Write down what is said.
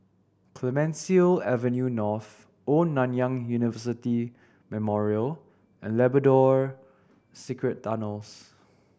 Clemenceau Avenue North Old Nanyang University Memorial and Labrador Secret Tunnels